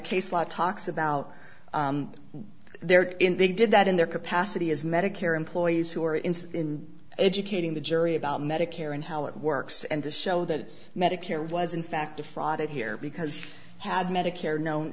case law talks about they're in they did that in their capacity as medicare employees who are in educating the jury about medicare and how it works and to show that medicare was in fact defrauded here because he had medicare known